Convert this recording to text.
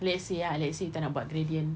let's say ah let's say you tak nak buat gradient